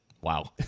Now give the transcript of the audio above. wow